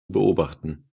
beobachten